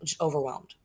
overwhelmed